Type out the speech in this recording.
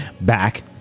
back